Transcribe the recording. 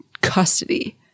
custody